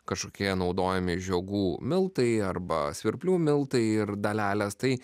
kažkokie naudojami žiogų miltai arba svirplių miltai ir dalelės tai